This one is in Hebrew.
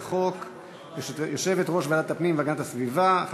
בעד החוק 32, אין מתנגדים, אין נמנעים.